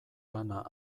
lana